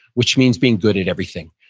which means being good at everything.